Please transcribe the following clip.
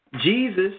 Jesus